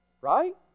Right